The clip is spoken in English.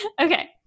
Okay